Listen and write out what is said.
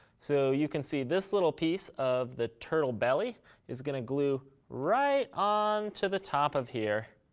so you can see this little piece of the turtle belly is going to glue right on to the top of here.